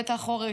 בדלת האחורית,